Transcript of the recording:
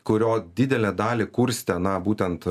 kurio didelę dalį kurstė aną būtent